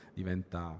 diventa